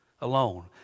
alone